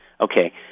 Okay